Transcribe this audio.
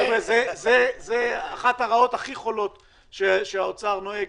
זו אחת הרעות הכי חולות שהאוצר נוהג,